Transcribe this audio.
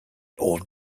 old